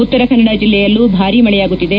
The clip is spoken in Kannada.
ಉತ್ತರ ಕನ್ನಡ ಜಿಲ್ಲೆಯಲ್ಲೂ ಭಾರಿ ಮಳೆಯಾಗುತ್ತಿದೆ